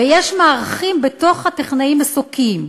ויש מערכים בתוך טכנאי מסוקים,